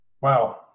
wow